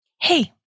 Hey